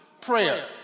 prayer